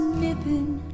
nipping